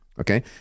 okay